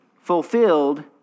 fulfilled